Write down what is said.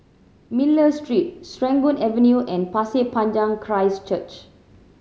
Miller Street Serangoon Avenue and Pasir Panjang Christ Church